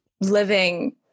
living